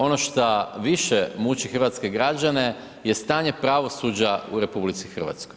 Ono šta više muči hrvatske građane je stanje pravosuđa u RH.